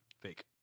Fake